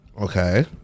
Okay